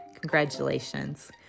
Congratulations